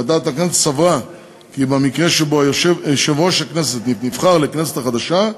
ועדת הכנסת סברה כי במקרה שבו יושב-ראש הכנסת נבחר לכנסת החדשה,